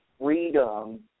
freedom